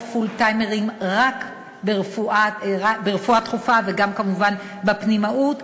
פול-טיימרים ברפואה דחופה וגם כמובן בפנימאות,